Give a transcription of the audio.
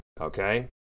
okay